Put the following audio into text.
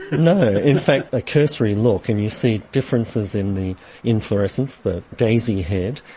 no, in fact a cursory look and you see differences in the inflorescence, the daisy head,